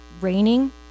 raining